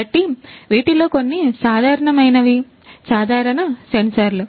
కాబట్టి వీటిలో కొన్ని సాధారణమైనవి సాధారణ సెన్సార్లు